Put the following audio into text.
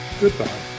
Goodbye